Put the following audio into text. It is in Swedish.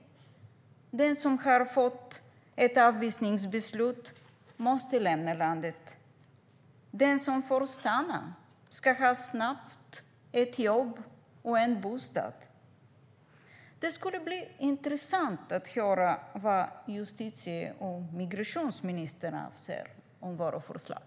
Den som har fått ett avvisningsbeslut måste lämna landet. Den som får stanna ska snabbt få ett jobb och en bostad. Det skulle vara intressant att höra vad justitie och migrationsministern anser om våra förslag.